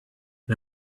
and